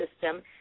system